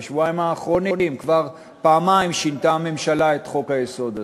בשבועיים האחרונים כבר פעמיים שינתה הממשלה את חוק-היסוד הזה.